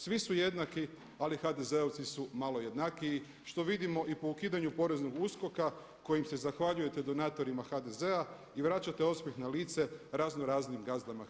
Svi su jednaki, ali HDZ-ovci su malo jednakiji što vidimo i po ukidanju poreznog USKOK-a kojim se zahvaljujete donatorima HDZ-a i vraćate osmjeh na lice razno raznim gazdama Hrvatske.